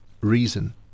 reason